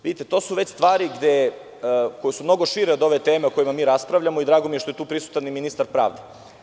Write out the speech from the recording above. Vidite, to su već stvari koje su mnogo šire od ove teme o kojoj mi raspravljamo, drago mi je što je tu prisutan ministar pravde.